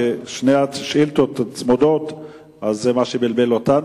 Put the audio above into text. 1. האם ידוע על כך למשטרה?